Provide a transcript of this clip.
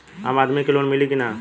आम आदमी के लोन मिली कि ना?